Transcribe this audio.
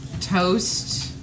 toast